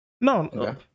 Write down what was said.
No